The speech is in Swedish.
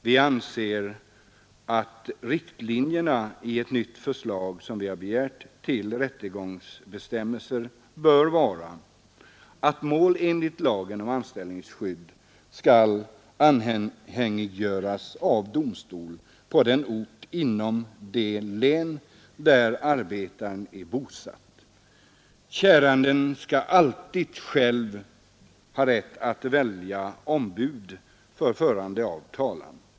Vi anser att riktlinjerna i ett av oss begärt nytt förslag till rättegångsbestämmelser bör vara att mål enligt lagen om anställningsskydd skall anhängiggöras av domstol på den ort inom det län där arbetaren är bosatt. Käranden skall alltid själv ha rätt att välja ombud för förande av talan.